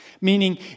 Meaning